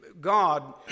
God